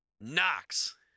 Knox